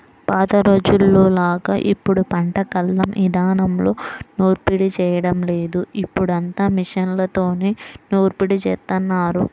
పాత రోజుల్లోలాగా ఇప్పుడు పంట కల్లం ఇదానంలో నూర్పిడి చేయడం లేదు, ఇప్పుడంతా మిషన్లతోనే నూర్పిడి జేత్తన్నారు